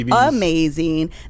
amazing